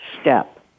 step